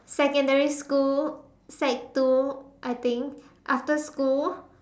secondary school sec two I think after school